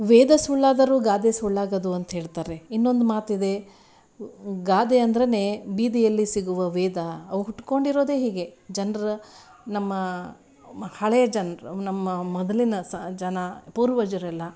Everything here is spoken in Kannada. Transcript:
ವೇದ ಸುಳ್ಳಾದರು ಗಾದೆ ಸುಳ್ಳಾಗದು ಅಂಥೇಳ್ತಾರೆ ಇನ್ನೊಂದು ಮಾತಿದೆ ಗಾದೆ ಅಂದ್ರೇ ಬೀದಿಯಲ್ಲಿ ಸಿಗುವ ವೇದ ಅವು ಹುಟ್ಕೊಂಡಿರೋದೆ ಹೀಗೆ ಜನರ ನಮ್ಮ ಹಳೇ ಜನರ ನಮ್ಮ ಮ ಮೊದಲಿನ ಸ ಜನ ಪೂರ್ವಜರೆಲ್ಲ